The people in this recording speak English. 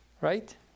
Right